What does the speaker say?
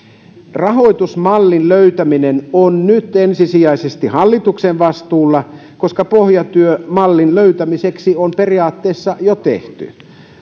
rahoitusmallin löytäminen on nyt ensisijaisesti hallituksen vastuulla koska pohjatyö mallin löytämiseksi on periaatteessa jo tehty